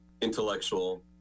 intellectual